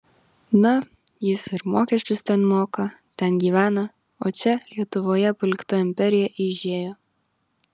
na jis ir mokesčius ten moka ten gyvena o čia lietuvoje palikta imperija eižėja